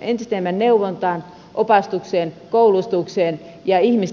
entistä enemmän neuvontaan opastukseen koulutukseen ja ihmisten oikeusturvan parantamiseen